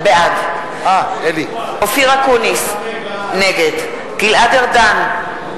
בעד אופיר אקוניס, נגד גלעד ארדן,